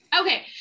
Okay